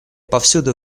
повсюду